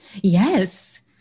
Yes